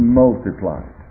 multiplied